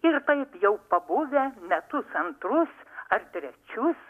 ir taip jau pabuvę metus antrus ar trečius